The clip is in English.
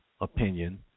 opinion